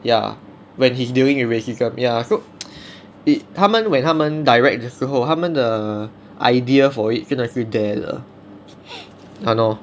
ya when he's dealing with racism ya so it 他们 when 他们 direct 的时候他们的 idea for it 真的是 there 的 !hannor!